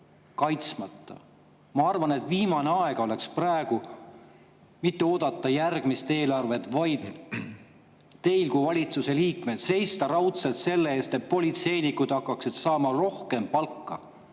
Ma arvan, et praegu oleks viimane aeg mitte oodata järgmist eelarvet, vaid teil kui valitsusliikmel seista raudselt selle eest, et politseinikud hakkaksid saama rohkem palka.